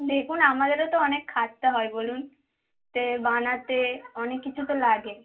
দেখুন আমাদেরও তো অনেক খাটতে হয় বলুন তে বানাতে অনেক কিছু তো লাগে